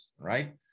right